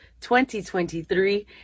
2023